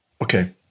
Okay